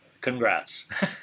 Congrats